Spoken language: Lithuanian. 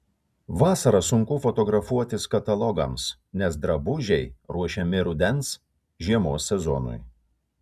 vasarą sunku fotografuotis katalogams nes drabužiai ruošiami rudens žiemos sezonui